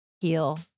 heal